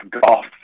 golf